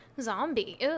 zombie